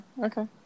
okay